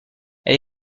elle